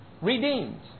redeemed